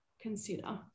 consider